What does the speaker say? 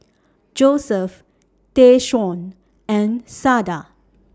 Joseph Tayshaun and Sada